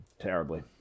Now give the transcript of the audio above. terribly